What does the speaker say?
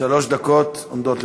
שלוש דקות עומדות לרשותך.